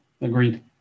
Agreed